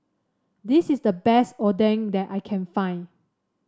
this is the best Oden that I can find